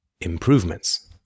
improvements